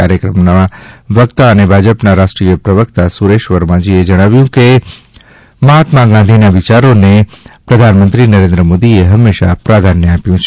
કાર્યક્રમના વક્તા અને ભાજપના રાષ્ટ્રીય પ્રવક્તા સુરેશ વર્માજીએ જણાવ્યું ફતું કે મફાત્મા ગાંધીજીના વિચારોને પ્રધાનમંત્રી નરેન્દ્ર મોદીએ ફંમેશા પ્રાધાન્ય આપ્યું છે